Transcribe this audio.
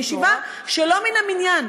לישיבה שלא מן המניין,